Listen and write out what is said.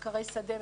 מחקרי שדה,